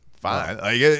fine